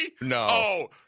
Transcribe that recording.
No